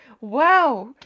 Wow